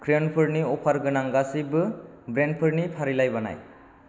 क्रेयनफोरनि अफार गोनां गासैबो ब्रेन्डफोरनि फारिलाइ बानाय